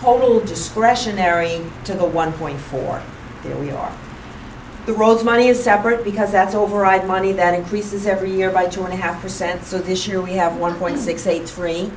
total discretionary to one point four zero we are the roads money is separate because that's override money that increases every year by two and a half percent so this year we have one point six eight three